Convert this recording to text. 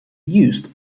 used